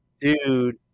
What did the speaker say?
dude